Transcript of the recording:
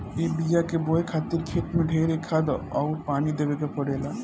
ए बिया के बोए खातिर खेत मे ढेरे खाद अउर पानी देवे के पड़ेला